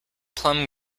plum